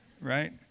Right